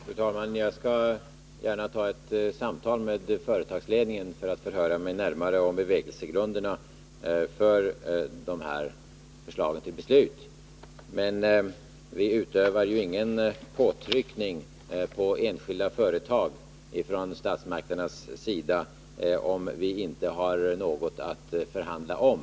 Fru talman! Jag skall gärna ta ett samtal med företagsledningen för att förhöra mig närmare om bevekelsegrunderna för de här förslagen till beslut. Men vi utövar ju ingen påtryckning på enskilda företag från statsmakternas sida, om vi inte har något att förhandla om.